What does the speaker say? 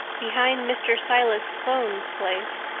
behind mr. silas sloane's place,